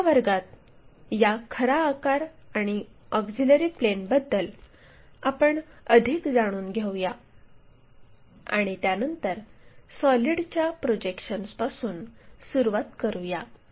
तर पुढच्या वर्गात या खरा आकार आणि ऑक्झिलिअरी प्लेनबद्दल आपण अधिक जाणून घेऊया आणि त्यानंतर सॉलिडच्या प्रोजेक्शन्सपासून सुरुवात करूया